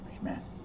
amen